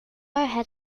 ahead